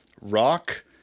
Rock